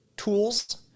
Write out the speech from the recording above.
tools